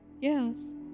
yes